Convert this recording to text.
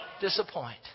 disappoint